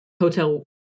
Hotel